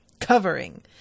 covering